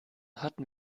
hatten